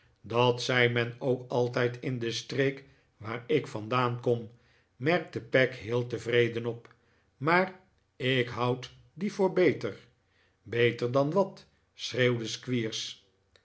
dat zei men ook altijd in de streek waar ik vandaan kom merkte peg heel tevreden op maar ik houd die voor beter beter dan wat